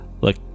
Look